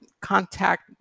contact